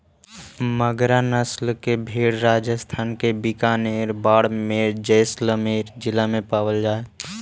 मगरा नस्ल के भेंड़ राजस्थान के बीकानेर, बाड़मेर, जैसलमेर जिला में पावल जा हइ